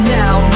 now